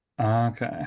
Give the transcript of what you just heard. okay